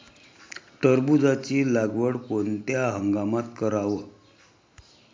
टरबूजाची लागवड कोनत्या हंगामात कराव?